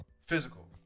Physical